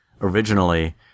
originally